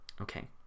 Okay